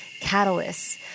catalysts